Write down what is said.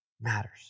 matters